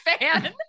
fan